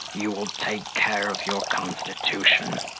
you wool take care of your constitution,